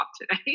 today